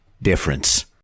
Difference